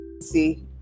see